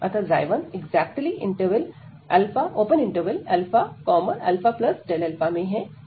अतः 1 exactly interval αα में है